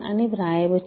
అని వ్రాయవచ్చు